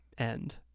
end